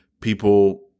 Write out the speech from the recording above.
people